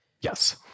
Yes